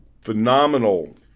phenomenal